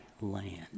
land